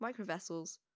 microvessels